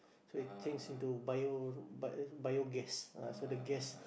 so it change into bio ba~ bio gas ah so the gas